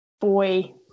boy